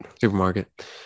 supermarket